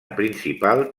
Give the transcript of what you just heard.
principal